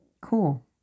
Cool